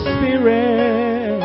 Spirit